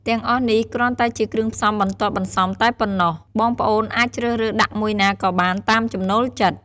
ទាំងអស់នេះគ្រាន់តែជាគ្រឿងផ្សំបន្ទាប់បន្សំតែប៉ុណ្ណោះ បងប្អូនអាចជ្រើសរើសដាក់មួយណាក៏បានតាមចំណូលចិត្ត។